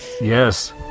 Yes